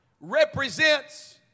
represents